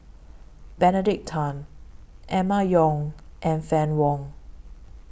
Benedict Tan Emma Yong and Fann Wong